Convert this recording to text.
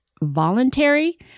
voluntary